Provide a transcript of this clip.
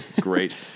Great